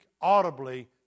audibly